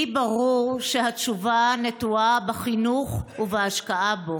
לי ברור שהתשובה נטועה בחינוך ובהשקעה בו,